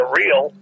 real